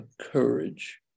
courage